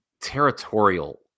territorial